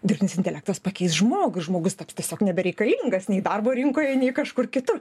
dirbtinis intelektas pakeis žmogų žmogus taps tiesiog nebereikalingas nei darbo rinkoje nei kažkur kitur